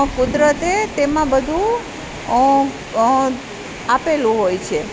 કુદરતે તેમાં બધું આપેલું હોય છે